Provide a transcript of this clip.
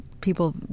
people